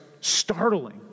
startling